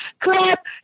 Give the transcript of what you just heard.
clap